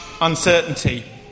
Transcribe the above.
Uncertainty